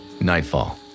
Nightfall